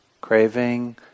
craving